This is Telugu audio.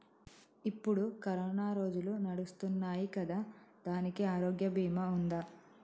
ఇప్పుడు కరోనా రోజులు నడుస్తున్నాయి కదా, దానికి ఆరోగ్య బీమా ఉందా?